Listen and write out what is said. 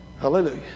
hallelujah